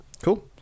Cool